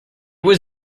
was